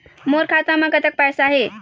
मोर खाता म कतक पैसा हे?